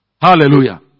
Hallelujah